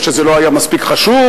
או שזה לא היה מספיק חשוב,